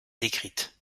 décrites